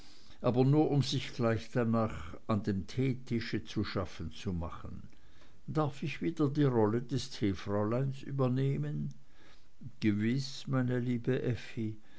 aber nur um sich gleich danach an dem teetisch zu schaffen zu machen darf ich wieder die rolle des teefräuleins übernehmen gewiß meine liebe effi